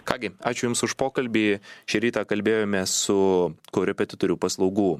ką gi ačiū jums už pokalbį šį rytą kalbėjomės su korepetitorių paslaugų